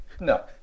No